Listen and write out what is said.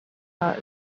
saw